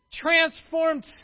transformed